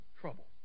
trouble